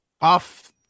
Off